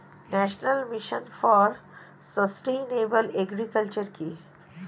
National mission for sustainable agriculture কি?